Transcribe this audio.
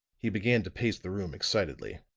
he began to pace the room excitedly.